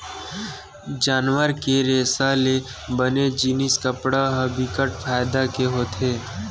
जानवर के रेसा ले बने जिनिस कपड़ा ह बिकट फायदा के होथे